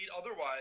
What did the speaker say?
Otherwise